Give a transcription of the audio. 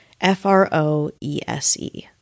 F-R-O-E-S-E